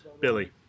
Billy